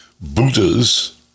Buddhas